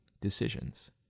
decisions